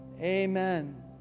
amen